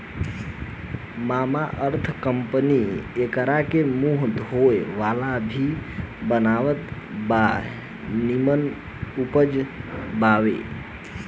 Mamaearth company एकरा से मुंह धोए वाला भी बनावत बा इ निमन उपज बावे